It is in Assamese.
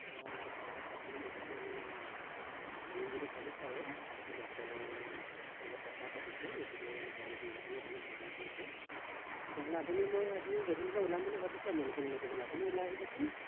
সেৱা প্ৰদান কৰিবলৈ মানে আনিম বুলি ভাবিছোঁ আৰু ডক্তৰৰ লগত কথাও পাতিছোঁ গতিকে দল সংগঠনে অকণমান সহায় কৰিছে তেতিয়াহ'লে আপুনি মই আজি গধূলিকৈ ওলাম বুলি ভাবিছোঁ আৰু মানুহখিনি মাতিবলৈ আপুনি ওলাই আহিবচোন